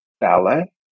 ballet